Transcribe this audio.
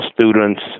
students